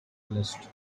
list